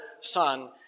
Son